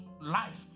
life